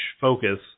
focus